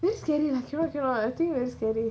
very scary lah cannot cannot lah I think very scary